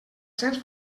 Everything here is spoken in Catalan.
cents